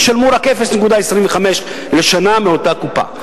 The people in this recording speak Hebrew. ישלמו רק 0.25% לשנה מאותה קופה.